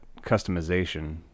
customization